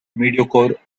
mediocre